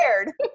scared